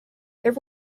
their